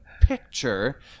picture